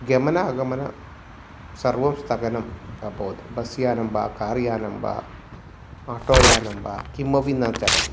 गमनागमनं सर्वं स्तगनम् अभवत् बस्यानं वा कार्यानं वा आटोयानं वा किमपि न चलति